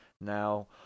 now